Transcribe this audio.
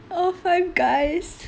oh Five Guys